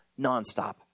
nonstop